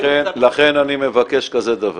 לכן אני מבקש כזה דבר,